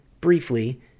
briefly